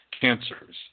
cancers